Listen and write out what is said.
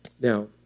Now